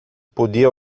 podia